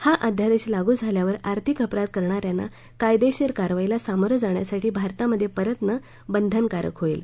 हा अध्यादेश लागू झाल्यावर आर्थिक अपराध करणार्यांना कायदेशीर कारवाईला सामोरं जाण्यासाठी भारतामध्ये परतणं बंधनकारक होईल